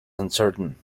uncertain